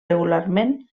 regularment